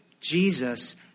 Jesus